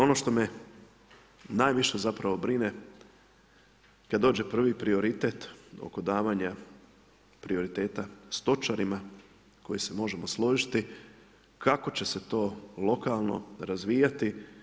Ono što me najviše zapravo brine kad dođe prvi prioritet oko davanja prioriteta stočarima koji se možemo složiti kako će se to lokalno razvijati.